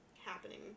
happening